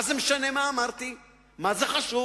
מה זה משנה מה אמרתי, מה זה חשוב?